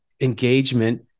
engagement